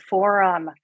Forum